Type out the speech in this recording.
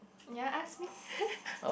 ya ask me